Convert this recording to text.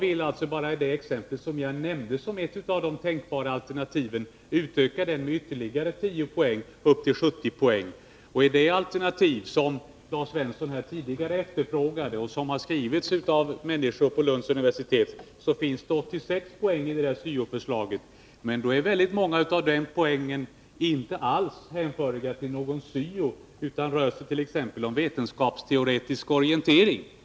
I det exempel som jag nämnde som ett av de 61 tänkbara alternativen vill jag alltså utöka den med ytterligare 10 poäng upp till 70 poäng. I det alternativ som Lars Svensson tidigare efterfrågade och som har utformats av människor från bl.a. Lunds universitet finns det 86 poäng i syo-förslaget. Men många av dessa poäng är inte alls hänförliga till någon syo, utan det rör sigt.ex. om vetenskapsteoretisk orientering.